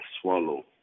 swallow